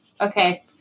Okay